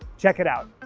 check it out.